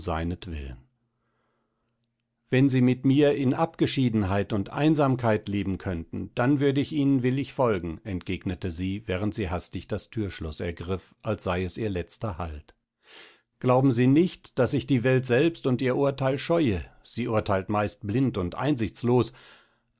wenn sie mit mir in abgeschiedenheit und einsamkeit leben könnten dann würde ich ihnen willig folgen entgegnete sie während sie hastig das thürschloß ergriff als sei es ihr letzter halt glauben sie nicht daß ich die welt selbst und ihr urteil scheue sie urteilt meist blind und